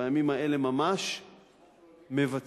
בימים האלה ממש מבצעים